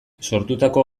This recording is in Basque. sortutako